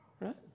Right